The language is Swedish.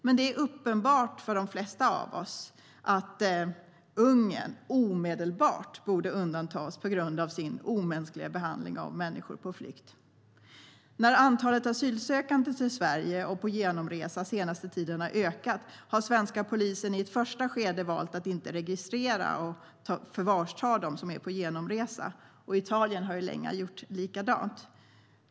Men det är uppenbart för de flesta att Ungern omedelbart borde undantas på grund av sin omänskliga behandling av människor på flykt. När antalet som söker asyl och är på genomresa i Sverige den senaste tiden har ökat har den svenska polisen i ett första skede valt att inte registrera eller ta i förvar dem som är på genomresa. Italien har länge gjort likadant.